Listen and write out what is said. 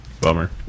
Bummer